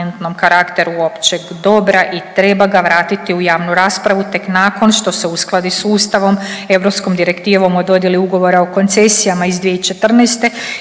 karakteru općeg dobra i treba ga vratiti u javnu raspravu tek nakon što se uskladi sustavom EU Direktivom o dodjeli ugovora o koncesijama iz 2014.